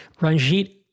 Ranjit